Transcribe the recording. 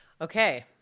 Okay